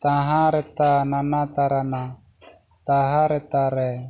ᱛᱟᱦᱟᱸ ᱨᱮᱛᱟ ᱱᱟᱱᱟ ᱛᱟᱨᱱᱟ ᱛᱟᱦᱟᱸ ᱨᱮᱛᱟ ᱨᱮ